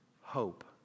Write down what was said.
hope